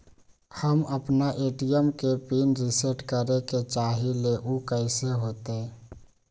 हम अपना ए.टी.एम के पिन रिसेट करे के चाहईले उ कईसे होतई?